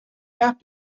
have